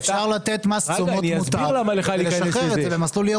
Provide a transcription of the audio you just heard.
אני אסביר לך למה תיכנס לזה.